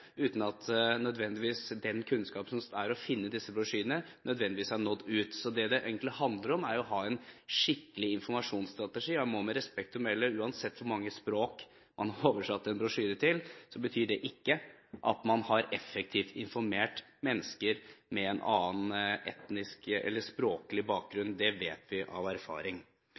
uten at nødvendigvis den kunnskapen som er å finne i disse brosjyrene, har nådd ut. Så det det egentlig handler om, er å ha en skikkelig informasjonsstrategi. Jeg må med respekt å melde si at uansett hvor mange språk man har oversatt en brosjyre til, betyr det ikke at man har effektivt informert mennesker med en annen etnisk eller språklig bakgrunn. Det vet vi av erfaring.